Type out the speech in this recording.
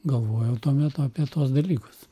galvojau tuo metu apie tuos dalykus